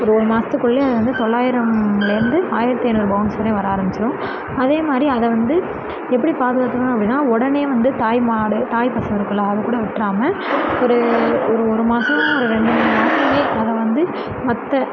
ஒரு ஒரு மாதத்துக்குள்ளே அது வந்து தொள்ளாயிரம்லேருந்து ஆயிரத்து ஐநூறு பவுன்ஸ் வரையும் வர ஆரம்பிச்சுரும் அதே மாதிரி அது வந்து எப்படி பாதுகாத்துக்கணும் அப்படின்னா உடனே வந்து தாய்மாடு தாய்ப்பசு இருக்கில அதுக்கூட விட்றாம ஒரு ஒரு ஒரு மாதம் ஒரு ரெண்டு மூணு மாதமுமே அதை வந்து மற்ற